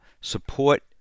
support